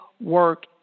work